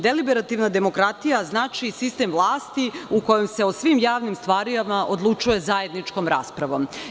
Deliberativna demokratija znači sistem vlasti u kojem se o svim javnim stvarima odlučuje zajedničkom raspravom.